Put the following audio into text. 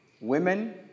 Women